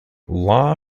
law